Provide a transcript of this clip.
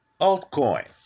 altcoin